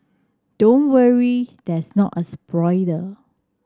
don't worry that's not a spoiler